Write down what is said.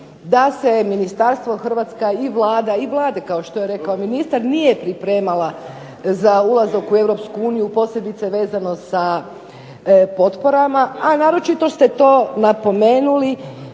da se ministarstvo, Hrvatska i Vlada, i vlade kao što je rekao ministar, nije pripremala za ulazak u EU posebice vezano sa potporama, a naročito ste to napomenuli